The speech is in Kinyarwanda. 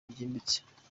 ryimbitse